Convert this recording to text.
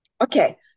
Okay